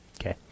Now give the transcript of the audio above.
Okay